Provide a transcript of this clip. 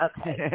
Okay